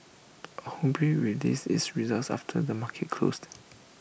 ho bee release its results after the market closed